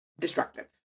destructive